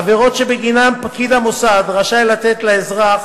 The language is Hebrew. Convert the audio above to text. עבירות שבגינן פקיד המוסד רשאי לתת לאזרח